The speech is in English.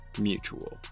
mutual